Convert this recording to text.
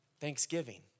Thanksgiving